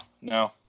No